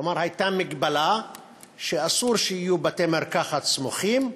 כלומר, הייתה מגבלה שאסור שיהיו בתי-מרקחת סמוכים,